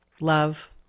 Love